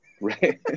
Right